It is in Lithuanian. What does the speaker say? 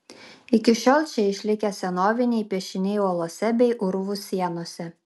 iki šiol čia išlikę senoviniai piešiniai uolose bei urvų sienose